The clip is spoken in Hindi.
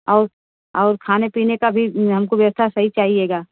और और खाने पीने का भी हमको व्यवस्था सही चाहिएगा